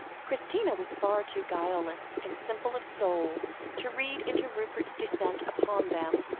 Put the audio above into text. christina was far too guileless and simple of soul to read into rupert's descent upon them,